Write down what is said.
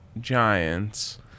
Giants